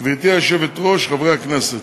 גברתי היושבת-ראש, חברי הכנסת,